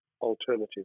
alternative